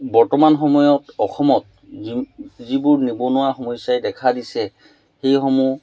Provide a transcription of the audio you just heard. বৰ্তমান সময়ত অসমত যি যিবোৰ নিবনুৱা সমস্যাই দেখা দিছে সেইসমূহ